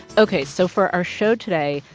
ok. so for our show today,